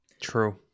True